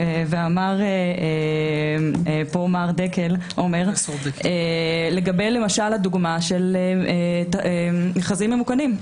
ואמר פה מר עומר דקל למשל לגבי הדוגמה של מכרזים ממוכנים.